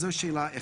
זו שאלה אחת.